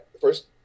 first